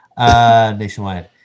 Nationwide